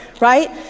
Right